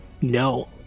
no